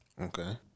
Okay